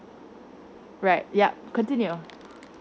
right yup continue